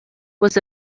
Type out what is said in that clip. was